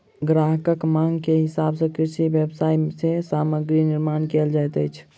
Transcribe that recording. ग्राहकक मांग के हिसाब सॅ कृषि व्यवसाय मे सामग्री निर्माण कयल जाइत अछि